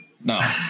No